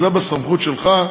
זה בסמכות שלך.